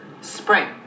Spring